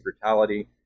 brutality